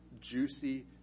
juicy